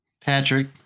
Patrick